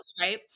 Right